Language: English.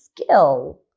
skill